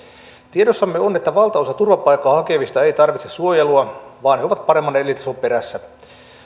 tiedossamme on että valtaosa turvapaikkaa hakevista ei tarvitse suojelua vaan he ovat paremman elintason perässä